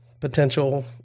potential